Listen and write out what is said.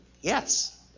yes